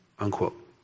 Unquote